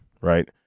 right